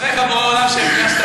אשריך, בורא עולם, שהכנסת